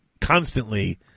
constantly